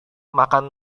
makan